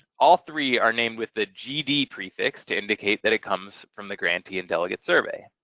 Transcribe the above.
all three are named with the gd prefix to indicate that it comes from the grantee and delegate survey.